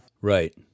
right